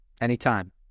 anytime